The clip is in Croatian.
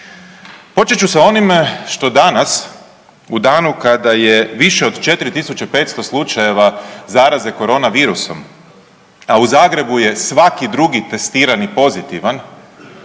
Počet ću sa onim što danas u danu kada je više od 4500 slučajeva zaraze korona virusom, a u Zagrebu je svaki drugi testirani pozitivan,